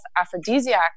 aphrodisiac